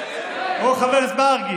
חבר הכנסת מרגי,